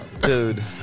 Dude